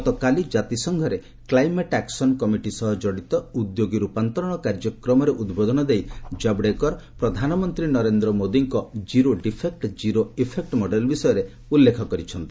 ଗତକାଲି ଜାତିସଂଘରେ climate action committee ସହ ଜଡ଼ିତ ଉଦ୍ୟୋଗୀ ରୂପାନ୍ତରଣ କାର୍ଯ୍ୟକ୍ରମରେ ଉଦ୍ବୋଧନ ଦେଇ ଜାବଡେକର ପ୍ରଧାନମନ୍ତ୍ରୀ ନରେନ୍ଦ୍ର ମୋଦିଙ୍କ zero defect zero effect model ବିଷୟରେ ଉଲ୍ଲେଖ କରିଛନ୍ତି